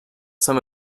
some